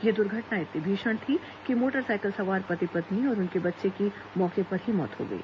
यह दुर्घटना इतनी भीषण थी कि मोटरसाइकिल सवार पति पत्नी और उनके बच्चे की मौके पर ही मौत हो गई